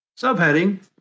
Subheading